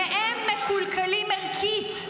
-- שניהם מקולקלים ערכית.